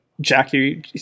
Jackie